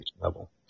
level